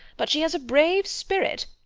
but she has a brave spirit,